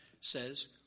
says